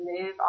move